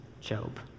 Job